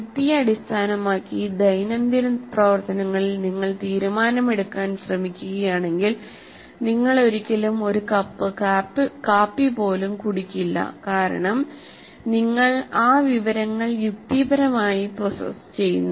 യുക്തിയെ അടിസ്ഥാനമാക്കി ദൈനംദിന പ്രവർത്തനങ്ങളിൽ നിങ്ങൾ തീരുമാനമെടുക്കാൻ ശ്രമിക്കുകയാണെങ്കിൽ നിങ്ങൾ ഒരിക്കലും ഒരു കപ്പ് കാപ്പി പോലും കുടിക്കില്ല കാരണം നിങ്ങൾ ആ വിവരങ്ങൾ യുക്തിപരമായി പ്രോസസ്സ് ചെയ്യുന്നു